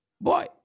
Boy